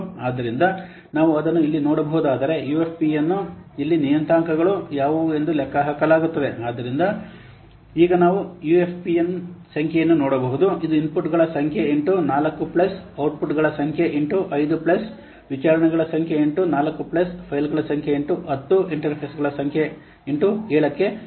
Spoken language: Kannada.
ಆದ್ದರಿಂದ ನಾವು ಅದನ್ನು ಇಲ್ಲಿ ನೋಡಬಹುದಾದರೆ UFP ಯನ್ನು ಇಲ್ಲಿ ನಿಯತಾಂಕಗಳು ಯಾವುವು ಎಂದು ಲೆಕ್ಕಹಾಕಲಾಗುತ್ತದೆ ಆದ್ದರಿಂದ ಈಗ ನಾವು ಯುಎಫ್ಪಿಯ ಸಂಖ್ಯೆಯನ್ನು ನೋಡಬಹುದು ಇದು ಇನ್ಪುಟ್ಗಳ ಸಂಖ್ಯೆ ಇಂಟು 4 ಪ್ಲಸ್ ಔಟ್ಪುಟ್ಗಳ ಸಂಖ್ಯೆ 5 ವಿಚಾರಣೆಗಳ ಸಂಖ್ಯೆ 4 ಫೈಲ್ಗಳ ಸಂಖ್ಯೆ 10 10 ಇಂಟರ್ಫೇಸ್ಗಳ ಸಂಖ್ಯೆ 7 ಕ್ಕೆ ಸಮನಾಗಿರುತ್ತದೆ